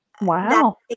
wow